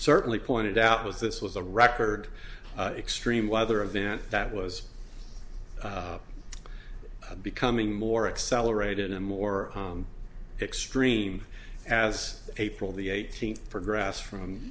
certainly pointed out was this was a record extreme weather event that was becoming more accelerated and more extreme as april the eighteenth progressed from